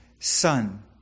Son